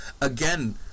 again